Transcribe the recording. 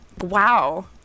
Wow